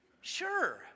sure